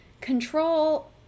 Control